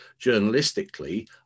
journalistically